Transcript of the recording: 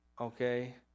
Okay